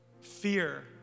Fear